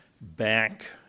back